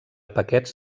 paquets